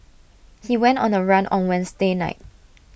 he went on the run on Wednesday night